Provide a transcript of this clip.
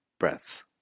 breaths